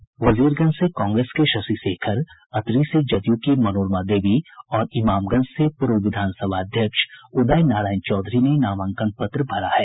वहीं वजीरगंज से कांग्रेस के शशि शेखर अतरी से जदयू की मनोरमा देवी और इमामगंज से पूर्व विधान सभा अध्यक्ष उदय नारायण चौधरी ने नामांकन पत्र भरा है